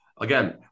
Again